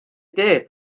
tee